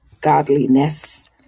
godliness